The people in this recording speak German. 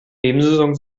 nebensaison